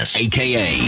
aka